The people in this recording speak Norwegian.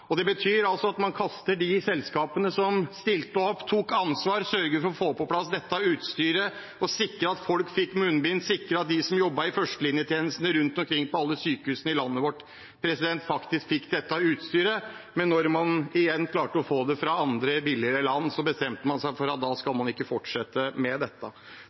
Det betyr altså at man kaster de selskapene som stilte opp, tok ansvar og sørget for å få på plass dette utstyret, sikre at folk fikk munnbind, og sikre at de som jobbet i førstelinjetjenesten rundt omkring på alle sykehusene i landet vårt, faktisk fikk dette utstyret. Men da man igjen klarte å få det fra andre, billigere land, bestemte man seg for at man ikke skulle fortsette med dette.